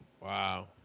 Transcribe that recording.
Wow